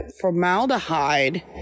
formaldehyde